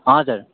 हजुर